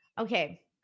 Okay